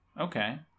Okay